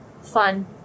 fun